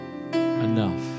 enough